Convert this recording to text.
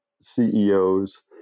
CEOs